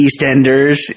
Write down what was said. EastEnders